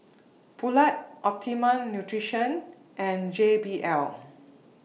Poulet Optimum Nutrition and J B L